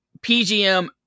PGM